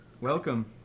Welcome